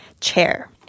chair